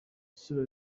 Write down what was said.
isura